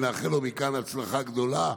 ונאחל לו מכאן הצלחה גדולה,